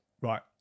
right